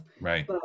Right